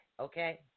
Okay